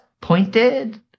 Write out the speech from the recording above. pointed